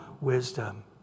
wisdom